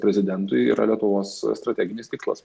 prezidentui yra lietuvos strateginis tikslas